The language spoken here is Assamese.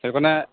সেইটো কাৰণে